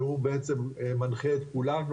שהוא בעצם מנחה את כולנו.